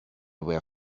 were